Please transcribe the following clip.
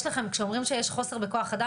כשאומרים שיש חוסר בכוח אדם,